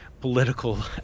political